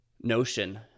notion